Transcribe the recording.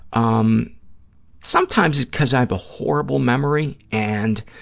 um sometimes it's because i have a horrible memory and